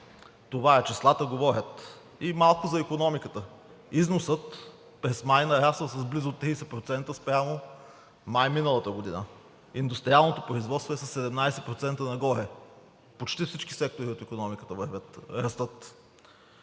Това е, числата говорят. И малко за икономиката. Износът през май нарасна с близо 30% спрямо май миналата година, индустриалното производство е със 17% нагоре, почти всички сектори от икономиката растат.